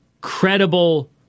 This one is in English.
credible